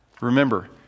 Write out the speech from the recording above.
Remember